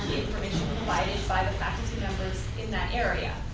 by and by the faculty members in that area.